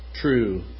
true